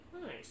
Nice